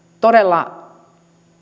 todella